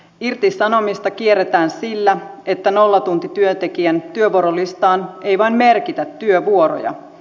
irtisanomista kierretään sillä että nollatuntityöntekijän työvuorolistaan ei vain merkitä työvuoroja